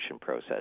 process